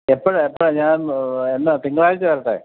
എപ്പോഴാണ് എപ്പോഴാണ് ഞാൻ എന്നാല് തിങ്കളാഴ്ച വരട്ടെ